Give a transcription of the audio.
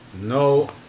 No